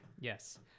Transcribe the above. Yes